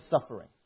suffering